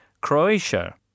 Croatia